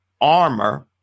armor